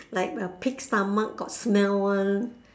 like uh pig's stomach got smell [one]